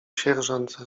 sierżant